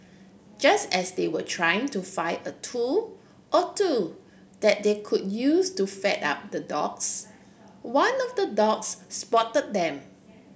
just as they were trying to find a tool or two that they could use to fend up the dogs one of the dogs spotted them